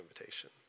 invitation